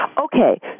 okay